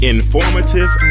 Informative